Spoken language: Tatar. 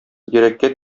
йөрәккә